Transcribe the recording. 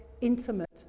intimate